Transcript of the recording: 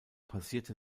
passierte